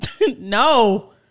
No